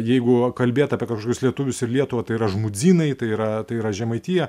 jeigu kalbėt apie kažkokius lietuvius ir lietuvą tai yra žmudzinai tai yra tai yra žemaitija